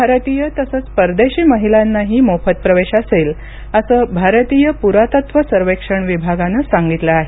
भारतीय तसंच परदेशी महिलांनाही मोफत प्रवेश असेल असं भारतीय पुरातत्व सर्वेक्षण विभागानं सांगितलं आहे